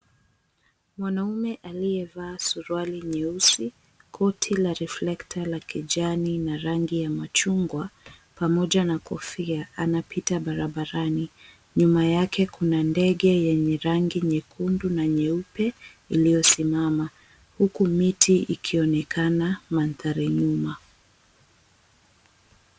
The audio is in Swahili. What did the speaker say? Mwanaume aliyevaa suruali nyeusi koti la riflekta la kijani na rangi ya machungwa pamoja na kofia. Anapita barabarani. Nyuma yake kuna ndege yenye rangi nyekundu na nyeupe iliyosimama. Huku miti ikionekana mandhari nyuma.